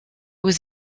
was